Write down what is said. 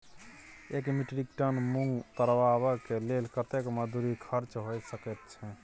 एक metric tonne मूंग उतरबा के लेल कतेक मजदूरी खर्च होय सकेत छै?